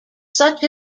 such